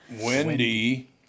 Wendy